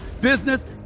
business